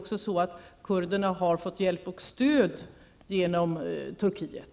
Kurderna har fått hjälp och stöd av Turkiet.